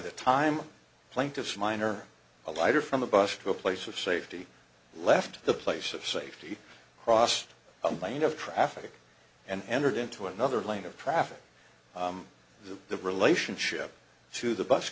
the time plaintiffs minor a lighter from a bus to a place of safety left the place of safety crossed a line of traffic and entered into another lane of traffic the relationship to the bus